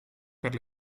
per